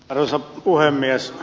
arvoisa puhemies